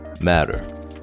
matter